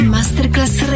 Masterclass